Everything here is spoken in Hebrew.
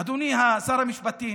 אדוני שר המשפטים,